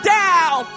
down